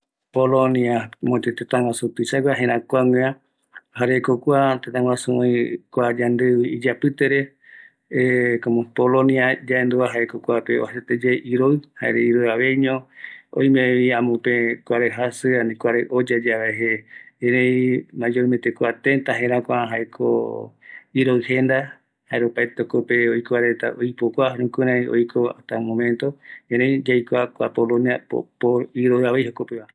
Polonia, jëräkua kua tëtä pe iroɨ yeye, oï ko ɨvɨ iyapɨtere, yaendu yave yaikuamako iroɨva, ëreï oïmeko aipo ouvi araku misipe, ëreï opa arasa iroɨ